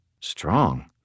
strong